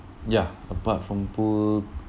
ya apart from pool